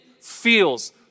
feels